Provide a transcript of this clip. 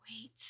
wait